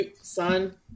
son